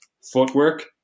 footwork